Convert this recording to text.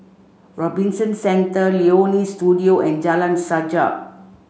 Robinson Centre Leonie Studio and Jalan Sajak